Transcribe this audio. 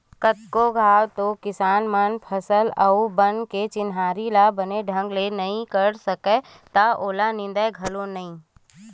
कतको घांव तो किसान मन फसल अउ बन के चिन्हारी ल बने ढंग ले नइ कर सकय त ओला निंदय घलोक नइ